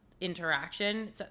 interaction